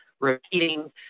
repeating